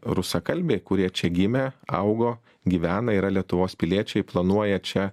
rusakalbiai kurie čia gimė augo gyvena yra lietuvos piliečiai planuoja čia